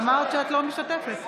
אמרת שאת לא משתתפת.